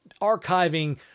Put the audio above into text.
archiving